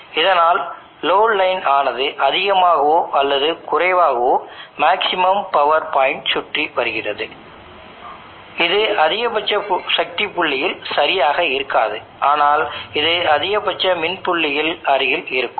இந்த இன்சுலேஷனுக்கான maximum power point உடன் லோடு லைன் இதுபோன்று கடந்து செல்லும் இது நியூ 1RT அல்லது RTn ஆக இருக்கும்